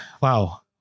Wow